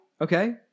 Okay